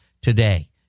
today